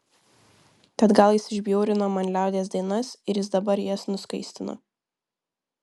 tad gal jis išbjaurino man liaudies dainas ir jis dabar jas nuskaistino